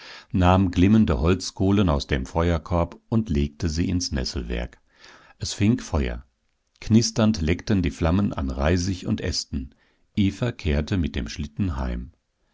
nahm glimmende holzkohlen aus dem feuerkorb und legte sie ins nesselwerg es fing feuer knisternd leckten die flammen an reisig und ästen eva kehrte mit dem schlitten heim